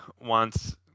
wants